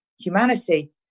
humanity